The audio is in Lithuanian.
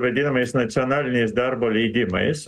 vadinamais nacionaliniais darbo leidimais